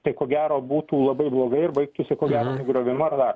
tai ko gero būtų labai blogai ir baigtųsi ko gero nugriovimu ar dar